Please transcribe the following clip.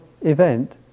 event